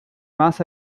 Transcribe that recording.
más